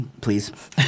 please